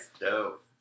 Dope